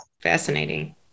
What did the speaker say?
Fascinating